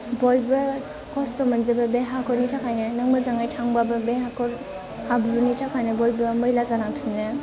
बयबो खस्थ' मोनजोबो बे हाखरनि थाखायनो नों मोजाङै थांब्लाबो बे हाखर हाब्रुनि थाखायनो बयबो मैला जानांफिनो